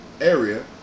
area